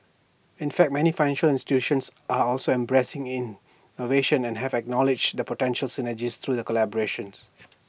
in fact many financial institutions are also embracing innovation and have acknowledged the potential synergies through collaboration